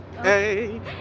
hey